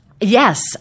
Yes